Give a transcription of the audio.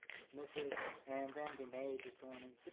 miss misses and then be majors going